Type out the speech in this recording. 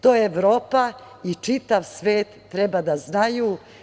To Evropa i čitav svet treba da znaju.